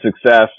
success